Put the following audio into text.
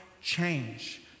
change